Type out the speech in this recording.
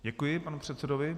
Děkuji panu předsedovi.